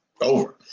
Over